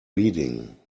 reading